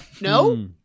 No